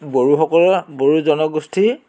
বড়োসকলৰ বড়ো জনগোষ্ঠীৰ